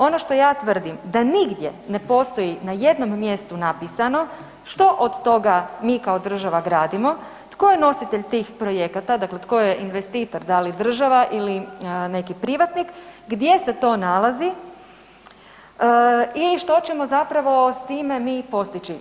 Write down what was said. Ono što ja tvrdim da nigdje ne postoji na jednom mjestu napisano što od toga mi kao država gradimo, tko je nositelj tih projekata dakle, tko je investitor da li država ili neki privatnik, gdje se to nalazi i što ćemo zapravo s time mi postići.